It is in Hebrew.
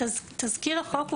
תזכיר החוק הוא